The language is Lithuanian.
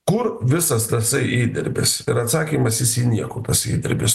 kur visas tasai įdirbis ir atsakymas jis į niekur tas įdirbis